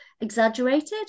exaggerated